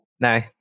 No